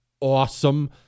awesome